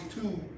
two